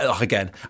again